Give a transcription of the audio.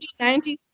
1990s